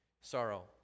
sorrow